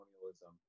colonialism